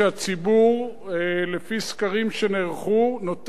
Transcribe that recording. חקר ודרש עם כל הגורמים ועם כל הגופים המבוקרים,